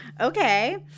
Okay